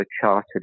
Chartered